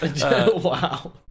wow